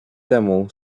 temu